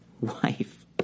wife